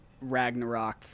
Ragnarok